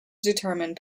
determine